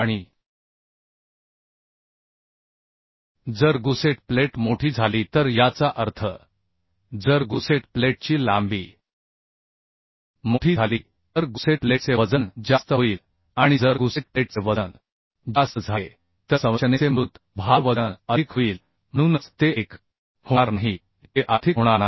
आणि जर gusset plate मोठी झाली तर याचा अर्थ जर गुसेट प्लेटची लांबीमोठी झाली तर गुसेट प्लेटचे वजन जास्त होईल आणि जर गुसेट प्लेटचे वजन जास्त झाले तर संरचनेचे मृत भार वजन अधिक होईल म्हणूनच ते एक होणार नाही ते आर्थिक होणार नाही